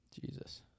Jesus